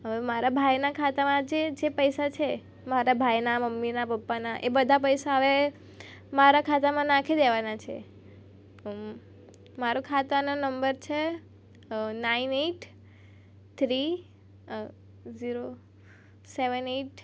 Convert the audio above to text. હવે મારા ભાઈના ખાતામાં જે પૈસા છે મારા ભાઈના મમ્મીના પપ્પાના એ બધા પૈસા અવે મારા ખાતામાં નાખી દેવાના છે મારા ખાતાના નંબર છે nine eight three zero seven at